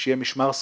שיהיה משמר סביבתי.